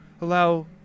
allow